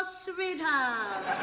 sweetheart